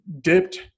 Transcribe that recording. dipped